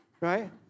right